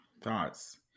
thoughts